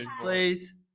Please